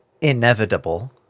inevitable